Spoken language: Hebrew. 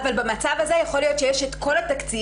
אבל במצב הזה יכול להיות שיש את כל התקציב,